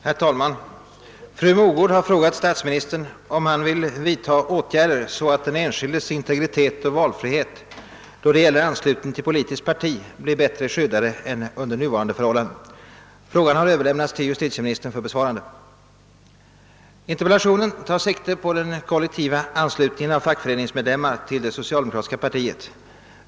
Herr talman! Fru Mogård har frågat statsministern om han vill vidta åtgärder, så att den enskildes integritet och valfrihet då det gäller anslutning till politiskt parti blir bättre skyddade än under nuvarande förhållanden. Frågan har överlämnats till justitieministern för besvarande. Interpellationen tar sikte på den kollektiva anslutningen av fackföreningsmedlemmar till det socialdemokratiska partiet.